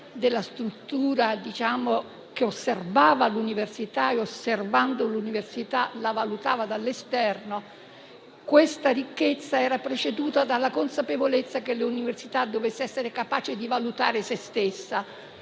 della struttura che osservava l'università e, osservando l'università, la valutava dall'esterno. Questa ricchezza era preceduta dalla consapevolezza che l'università dovesse essere capace di valutare se stessa.